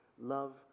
love